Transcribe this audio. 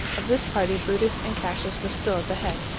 of this party brutus and cassius were still at the head.